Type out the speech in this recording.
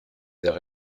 arts